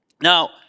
Now